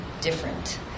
different